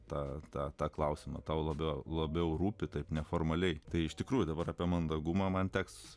tą tą tą klausimą tau labiau labiau rūpi taip neformaliai tai iš tikrųjų dabar apie mandagumą man teks